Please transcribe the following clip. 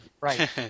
Right